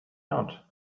out